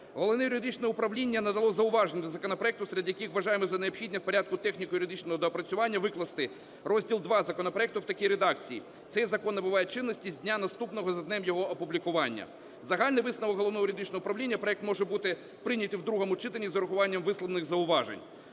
Головне юридичне управління надало зауваження до законопроекту, серед яких вважаємо за необхідне в порядку техніко-юридичного доопрацювання викласти розділ II законопроекту в такій редакції: "Цей закон набуває чинності з дня, наступного за днем його опублікування". Загальний висновок Головного юридичного управління: проект може бути прийнятий в другому читанні з врахуванням висловлених зауважень.